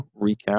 recap